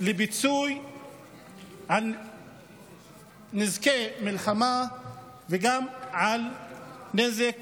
לפיצוי על נזקי מלחמה וגם על נזק